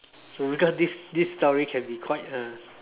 so because this this story can be quite a